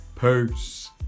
Peace